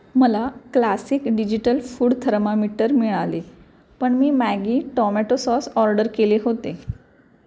मला classic digital food thermometer मिळाले पण मी मॅगी टॉमॅटो सॉस ऑर्डर केले होते